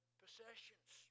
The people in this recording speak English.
possessions